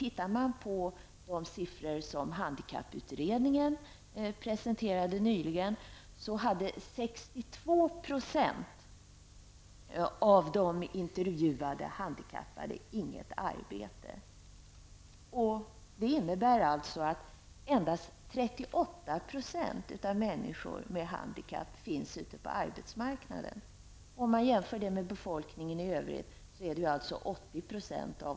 I de siffror som handikapputredningen presenterade nyligen hade Det innebär alltså att endast 38 % av människor med handikapp finns ute på arbetsmarknaden, medan för befolkningen i övrig denna siffra är 80 %.